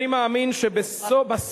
אני מאמין שבסוף,